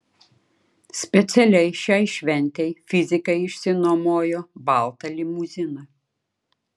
specialiai šiai šventei fizikai išsinuomojo baltą limuziną